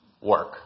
Work